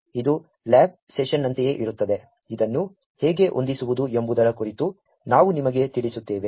ಇದು ಲ್ಯಾಬ್ ಸೆಷನ್ನಂತೆಯೇ ಇರುತ್ತದೆ ಇದನ್ನು ಹೇಗೆ ಹೊಂದಿಸುವುದು ಎಂಬುದರ ಕುರಿತು ನಾವು ನಿಮಗೆ ತಿಳಿಸುತ್ತೇವೆ